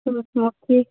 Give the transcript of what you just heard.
ठीक